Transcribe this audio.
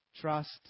trust